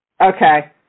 Okay